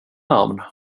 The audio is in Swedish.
namn